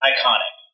Iconic